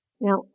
Now